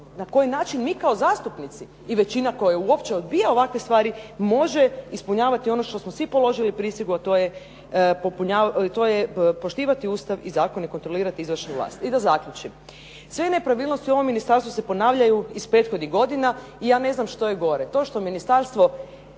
na koji način mi kao zastupnici i većina koja uopće odbija ovakve stvari može ispunjavati ono što smo svi položili prisegu a to je poštivati Ustav i zakone i kontrolirati izvršnu vlast. I da zaključim, sve nepravilnosti u ovom ministarstvu se ponavljaju iz prethodnih godina. I ja ne znam što je gore,